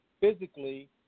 physically